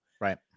Right